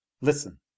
Listen